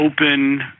open